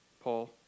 Paul